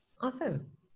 Awesome